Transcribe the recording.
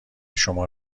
شما